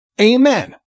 Amen